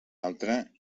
altre